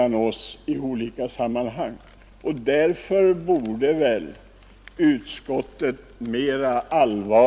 Ur demokratisk synpunkt är det en mycket viktig fråga.